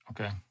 okay